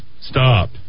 Stop